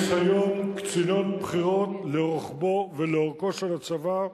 יש היום קצינות בכירות לרוחבו ולאורכו של הצבא,